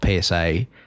PSA